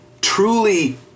truly